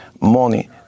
money